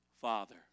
Father